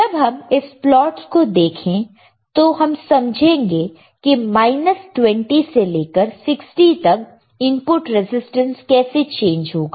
जब हम इस प्लॉटस को देखें तो हम समझेंगे की माइनस 20 से लेकर 60 तक इनपुट रेसिस्टेंस कैसे चेंज होगा